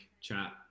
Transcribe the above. chat